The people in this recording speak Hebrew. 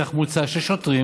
כך, מוצע ששוטרים,